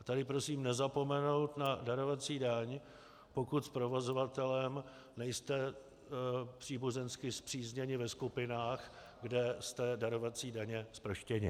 Tady prosím nezapomenout na darovací daň, pokud s provozovatelem nejste příbuzensky spřízněni ve skupinách, kde jste darovací daně zproštěni.